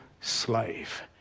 slave